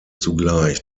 zugleich